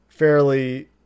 fairly